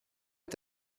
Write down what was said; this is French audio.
est